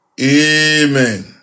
Amen